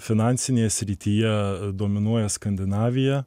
finansinėje srityje dominuoja skandinavija